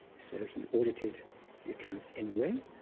so he audited the accounts anyway,